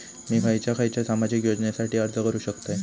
मी खयच्या खयच्या सामाजिक योजनेसाठी अर्ज करू शकतय?